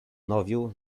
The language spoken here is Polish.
nowiu